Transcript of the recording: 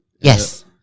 Yes